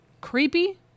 creepy